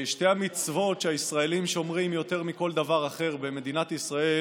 שתי המצוות שהישראלים שומרים יותר מכל דבר אחד במדינת ישראל